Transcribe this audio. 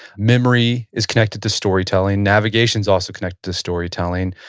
memory is connected to storytelling. navigation is also connected to storytelling.